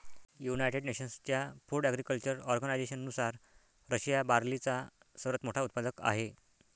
United नेशन्सच्या Food Agriculture ऑर्गनायझेशननुसार, Russia हा बार्लीचा सर्वात मोठा उत्पादक आहे